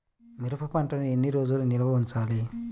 మిరప పంటను ఎన్ని రోజులు నిల్వ ఉంచాలి?